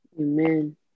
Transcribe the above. Amen